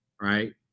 right